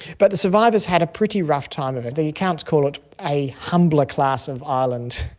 but the survivors had a pretty rough time of it. the accounts call it a humbler class of island.